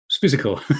physical